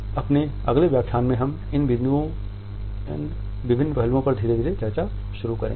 अपने अगले व्याख्यान में हम इन विभिन्न पहलुओं पर धीरे धीरे चर्चा शुरू करेंगे